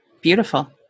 Beautiful